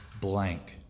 blank